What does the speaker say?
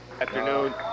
Afternoon